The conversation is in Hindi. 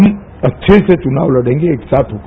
हम अच्छे से चुनाव लड़ेंगे एक साथ होकर